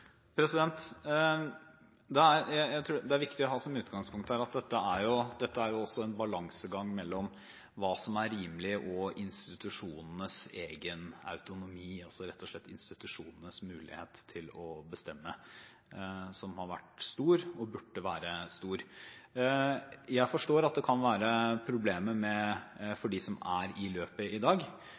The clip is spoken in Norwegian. Jeg tror det er viktig å ha som utgangspunkt at dette er en balansegang mellom hva som er rimelig og institusjonenes egen autonomi, altså rett og slett institusjonenes mulighet til å bestemme, som har vært og burde være stor. Jeg forstår at det kan være problemer for dem som er i løpet i dag.